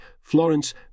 Florence